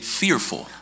fearful